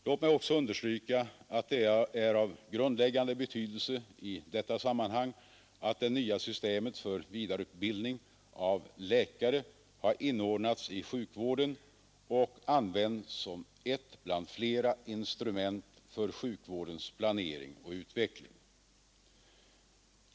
Låt mig också understryka att det är av grundläggande betydelse i detta sammanhang att det nya systemet för vidareutbildning av läkare har inordnats i sjukvården och används som ett bland flera instrument för sjukvårdens planering och utveckling.